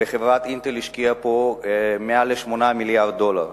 וחברת "אינטל" השקיעה פה מעל 8 מיליארדי דולר.